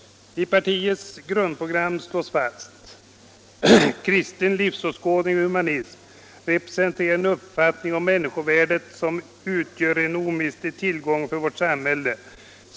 I partiets grundprogram slås fast: ”Kristen livsåskådning och humanism representerar en uppfattning om människovärdet som utgör en omistlig tillgång för vårt samhälle.